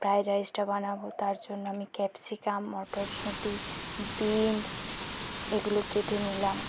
fried রাইসটা বানাব তার জন্য আমি ক্যাপসিকাম মটরশুঁটি বিনস এগুলো কেটে নিলাম